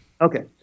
Okay